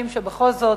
שבכל זאת,